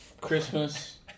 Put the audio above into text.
Christmas